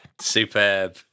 superb